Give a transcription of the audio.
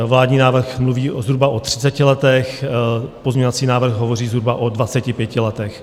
Vládní návrh mluví zhruba o 30 letech, pozměňovací návrh hovoří zhruba o 25 letech.